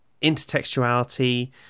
intertextuality